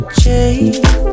change